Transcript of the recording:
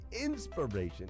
inspiration